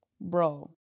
Bro